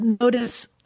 notice